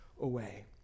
away